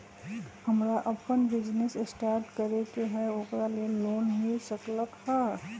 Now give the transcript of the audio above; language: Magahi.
हमरा अपन बिजनेस स्टार्ट करे के है ओकरा लेल लोन मिल सकलक ह?